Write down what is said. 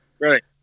Right